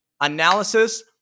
analysis